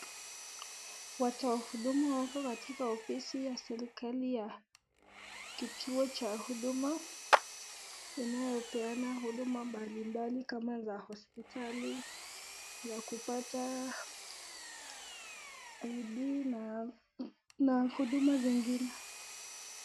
Watu wa huduma wako katika ofisi ya serikali ya kituo cha huduma inayopeana huduma mbalimbali kama za hospitali na kupata ID na huduma zengine.